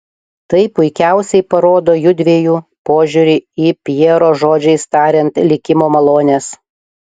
tai puikiausiai parodo jųdviejų požiūrį į pjero žodžiais tariant likimo malones